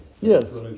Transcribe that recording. Yes